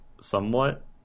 somewhat